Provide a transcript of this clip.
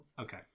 Okay